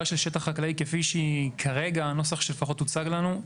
כפי שהיא כרגע, לפחות הנוסח שהוצג לנו,